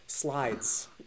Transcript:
Slides